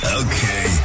okay